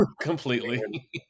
completely